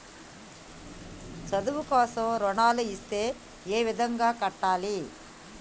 చదువు కోసం రుణాలు ఇస్తే ఏ విధంగా కట్టాలి?